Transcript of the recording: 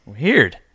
Weird